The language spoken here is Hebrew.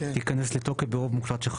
יבוא 'משלושת',